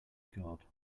god